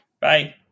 Bye